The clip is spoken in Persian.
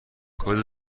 کجا